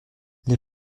les